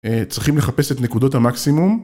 צריכים לחפש את נקודות המקסימום.